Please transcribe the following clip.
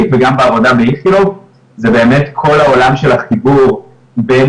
וגם בעבודה ב"איכילוב" זה באמת כל העולם של החיבור בין